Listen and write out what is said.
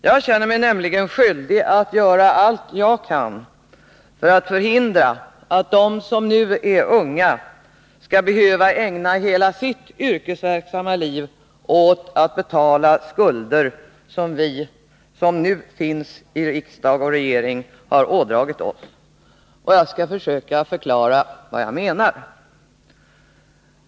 Jag känner mig nämligen skyldig att göra allt jag kan för att förhindra att de som nu är unga skall behöva ägna hela sitt yrkesverksamma liv åt att betala skulder som vi som nu finns i riksdag och regering har ådragit oss. Jag skall försöka att förklara vad jag menar.